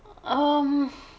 um